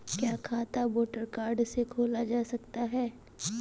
क्या खाता voter card से खोला जा सकता है?